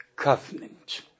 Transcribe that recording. covenant